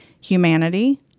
humanity